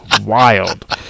wild